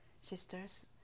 sisters